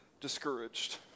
discouraged